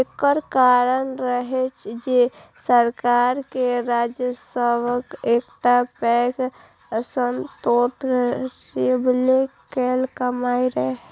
एकर कारण रहै जे सरकार के राजस्वक एकटा पैघ स्रोत रेलवे केर कमाइ रहै